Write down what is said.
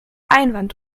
einwand